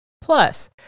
Plus